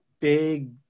big